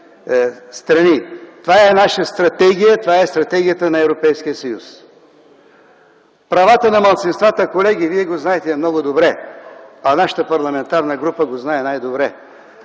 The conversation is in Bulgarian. Това е наша стратегия, това е стратегията на Европейския съюз. Правата на малцинствата, колеги, вие знаете много добре, а нашата парламентарна група го знае най-добре,